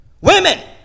Women